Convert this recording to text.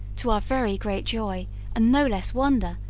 to our very great joy and no less wonder,